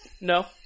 No